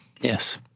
Yes